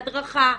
הדרכה,